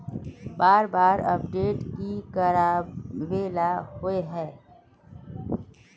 बार बार अपडेट की कराबेला होय है?